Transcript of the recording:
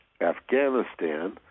Afghanistan